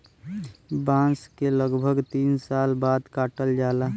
बांस के लगभग तीन साल बाद काटल जाला